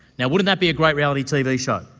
yeah wouldn't that be a great reality tv show?